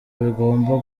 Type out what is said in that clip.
bigomba